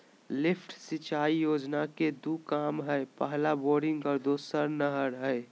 lift सिंचाई योजना के दू काम हइ पहला बोरिंग और दोसर नहर हइ